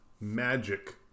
magic